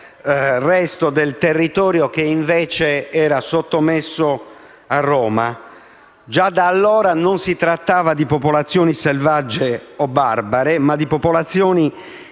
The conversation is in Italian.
il resto del territorio che invece era sottomesso a Roma. Già da allora non si trattava di popolazioni selvagge o barbare, ma di popolazioni